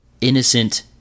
innocent